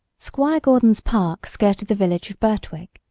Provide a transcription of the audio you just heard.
squire gordon's park skirted the village of birtwick.